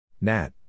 Nat